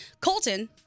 Colton